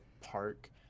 park